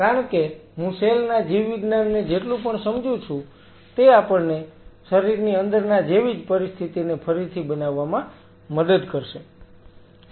કારણ કે હું સેલ ના જીવવિજ્ઞાનને જેટલું પણ સમજું છું તે આપણને શરીરની અંદરના જેવી જ પરિસ્થિતિને ફરીથી બનાવવામાં મદદ કરશે